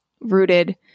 rooted